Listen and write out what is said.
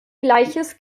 gleiches